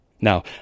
Now